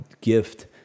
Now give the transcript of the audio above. gift